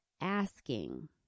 asking